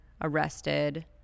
Arrested